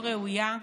רבותיי,